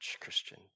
Christian